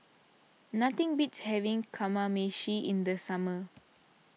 nothing beats having Kamameshi in the summer